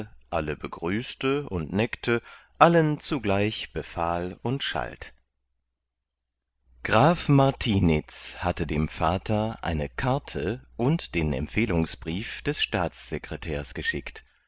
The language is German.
alle begrüßte und neckte allen zugleich befahl und schalt graf martiniz hatte dem vater eine karte und den empfehlungsbrief des staatssekretärs geschickt